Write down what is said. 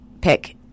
pick